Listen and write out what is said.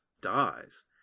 dies